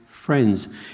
Friends